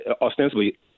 ostensibly